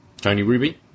Tony-Ruby